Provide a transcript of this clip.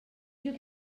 you